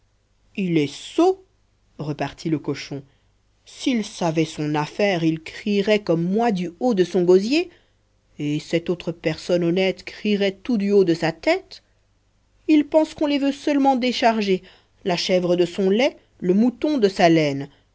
il est un sot repartit le cochon s'il savait son affaire il crierait comme moi du haut du gosier et cette autre personne honnête crierait tout du haut de sa tête ils pensent qu'on les veut seulement décharger la chèvre de son lait le mouton de sa laine